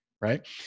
Right